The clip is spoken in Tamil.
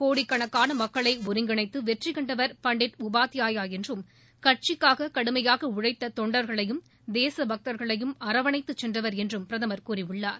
கோடிக்கணக்கான மக்களை ஒருங்கிணைத்து வெற்றிகண்டவர் பண்டித உபத்யாயா என்றும் கட்சிக்காக கடுமையாக உழைத்த தொண்டர்களையும் தேச பக்தர்களையும் அரவணைத்துச்சென்றவர் என்றும் பிரதர் கூறியுள்ளார்